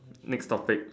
next topic